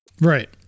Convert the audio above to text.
Right